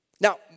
Now